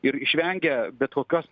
ir išvengia bet kokios